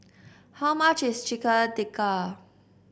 how much is Chicken Tikka